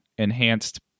enhanced